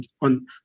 on